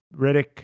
Riddick